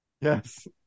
Yes